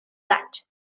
gaig